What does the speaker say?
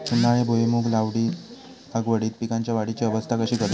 उन्हाळी भुईमूग लागवडीत पीकांच्या वाढीची अवस्था कशी करतत?